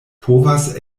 povas